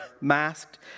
masked